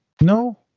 No